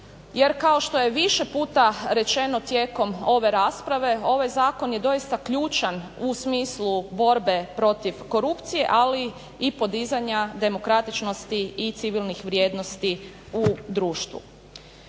jer kao što je više puta rečeno tijekom ove rasprave, ovaj zakon je doista ključan u smislu borbe protiv korupcije, ali i podizanja demokratičnosti i civilnih vrijednosti u društvu.